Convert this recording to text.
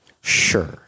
Sure